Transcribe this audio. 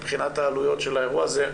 מבחינת העלויות של האירוע הזה,